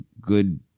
good